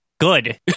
good